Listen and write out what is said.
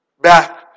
back